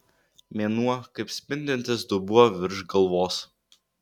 mėnuo kaip spindintis dubuo virš galvos